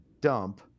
dump